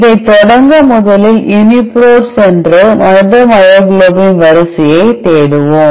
இதை தொடங்க முதலில் uniprot சென்று மனித மயோகுளோபின் வரிசையை தேடுவோம்